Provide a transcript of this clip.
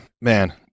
man